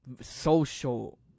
social